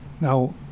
Now